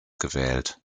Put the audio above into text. gewählt